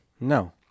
no